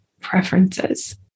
preferences